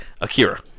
Akira